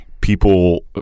people